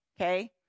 Okay